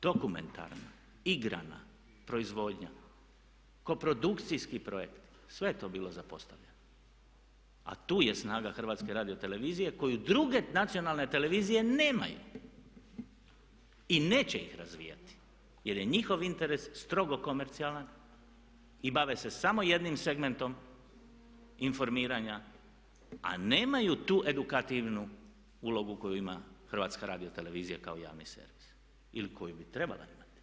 Dokumentarna, igrana proizvodnja, koprodukcijski projekt, sve je to bilo zapostavljeno a tu je snaga HRT-a koju druge nacionalne televizije nemaju i neće ih razvijati jer je njihov interes strogo komercijalan i bave se samo jednim segmentom informiranja a nemaju tu edukativnu ulogu koju ima HRT kao javni servis ili koju bi trebala imati.